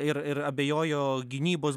ir ir abejojo gynybos